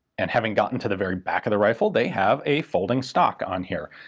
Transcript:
and having gotten to the very back of the rifle they have a folding stock on here.